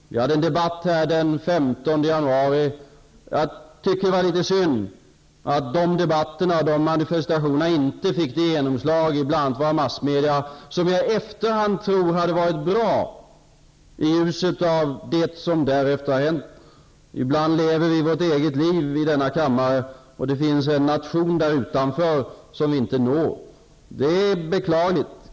Vi hade en debatt här den 15 januari. Jag tycker att det var litet synd att debatten och manifestationen inte fick det genomslag i bl.a. massmedierna som jag så här i efterhand tror hade varit bra i ljuset av det som därefter har hänt. Ibland lever vi vårt eget liv i denna kammare, det finns en nation utanför som vi inte når. Det är beklagligt.